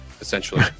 essentially